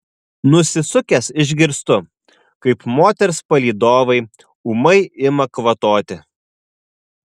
nusisukęs išgirstu kaip moters palydovai ūmai ima kvatoti